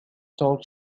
talk